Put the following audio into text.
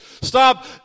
Stop